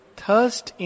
thirst